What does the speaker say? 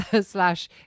slash